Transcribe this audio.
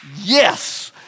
yes